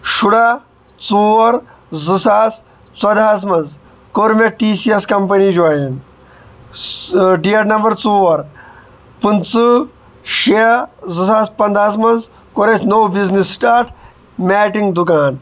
شُراہ ژور زٕ ساس ژۄدہَس منٛز کوٚر مےٚ T C S company join date number ژور پٔنٛژٕ شیٚے زٕ ساس پنٛدہَس منٛز کوٚر اَسہِ نوٚو بِزنٮ۪س سِٹاٹ میٹِنٛگ دُکان